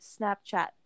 Snapchat